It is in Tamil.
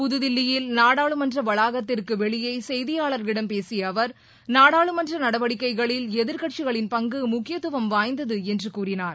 புதுதில்லியில் நாடாளுமன்ற வளாகத்திற்கு வெளியே செய்தியாளர்களிடம் பேசிய அவர் நாடாளுமன்ற நடவடிக்கைகளில் எதிர்க்கட்சிகளின் பங்கு முக்கியத்துவம் வாய்ந்தது என்று கூறினார்